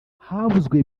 havuzwe